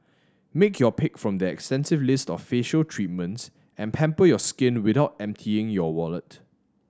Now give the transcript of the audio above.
make your pick from their extensive list of facial treatments and pamper your skin without emptying your wallet